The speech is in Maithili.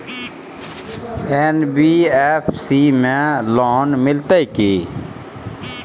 एन.बी.एफ.सी में लोन मिलते की?